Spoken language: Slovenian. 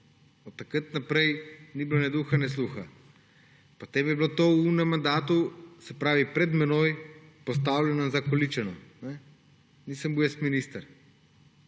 Od takrat naprej ni bilo ne duha ne sluha. Potem je bilo to v tistem mandatu, se pravi pred menoj, postavljeno in zakoličeno. Nisem bil minister